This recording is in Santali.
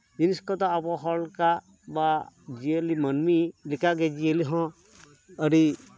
ᱡᱤᱱᱤᱥ ᱠᱚᱫᱚ ᱟᱵᱚ ᱦᱚᱲ ᱞᱮᱠᱟ ᱵᱟ ᱡᱤᱭᱟᱹᱞᱤ ᱢᱟᱹᱱᱢᱤ ᱞᱮᱠᱟᱜᱮ ᱡᱤᱭᱟᱹᱞᱤ ᱦᱚᱸ ᱟᱹᱰᱤ